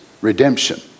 Redemption